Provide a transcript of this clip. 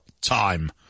time